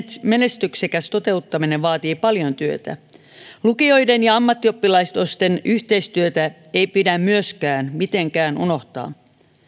menestyksekäs toteuttaminen vaatii paljon työtä lukioiden ja ammattioppilaitosten yhteistyötä ei pidä myöskään mitenkään unohtaa